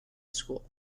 school